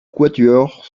quatuor